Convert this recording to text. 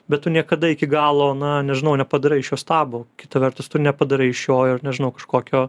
bet tu niekada iki galo na nežinau nepadarai iš jo stabo kita vertus tu nepadarai iš jo nežinau kažkokio